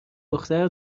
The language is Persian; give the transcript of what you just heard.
دختر